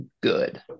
good